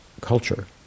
culture